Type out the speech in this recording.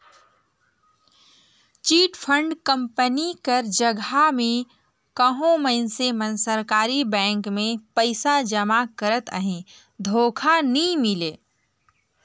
chit fund company कर जगहा में कहों मइनसे मन सरकारी बेंक में पइसा जमा करत अहें धोखा नी मिले